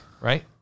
right